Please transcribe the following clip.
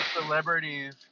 celebrities